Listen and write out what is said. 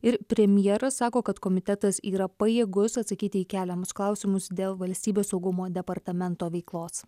ir premjeras sako kad komitetas yra pajėgus atsakyti į keliamus klausimus dėl valstybės saugumo departamento veiklos